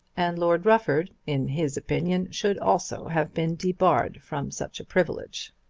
and lord rufford, in his opinion, should also have been debarred from such a privilege.